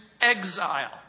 Exile